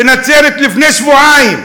בנצרת, לפני שבועיים,